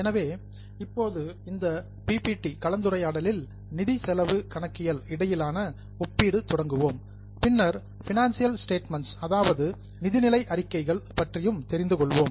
எனவே இப்போது இந்த PPT கலந்துரையாடலில் நிதி செலவு கணக்கியல் இடையிலான ஒப்பீடு தொடங்குவோம் பின்னர் பினஞ்சியல் ஸ்டேட்மெண்ட்ஸ் அதாவது நிதிநிலை அறிக்கைகள் பற்றியும் அறிந்து கொள்வோம்